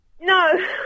No